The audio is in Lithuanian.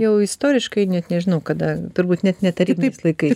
jau istoriškai net nežinau kada turbūt net ne tarybiniais laikais